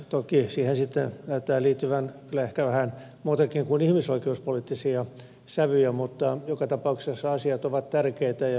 toki siihen sitten näyttää liittyvän kyllä ehkä vähän muutakin kuin ihmisoikeuspoliittisia sävyjä mutta joka tapauksessa asiat ovat tärkeitä ja hyvä näin